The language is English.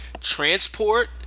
transport